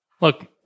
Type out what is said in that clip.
Look